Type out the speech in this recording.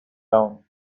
down